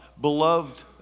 beloved